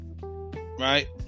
Right